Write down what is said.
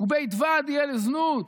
ובית ועד יהיה לזנות,